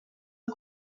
del